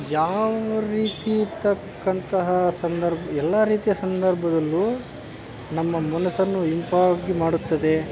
ಯಾವ ರೀತಿ ಇರತಕ್ಕಂತಹ ಸಂದರ್ಭ ಎಲ್ಲ ರೀತಿಯ ಸಂದರ್ಭದಲ್ಲೂ ನಮ್ಮ ಮನಸನ್ನು ಇಂಪಾಗಿ ಮಾಡುತ್ತದೆ